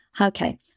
Okay